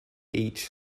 each